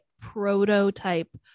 prototype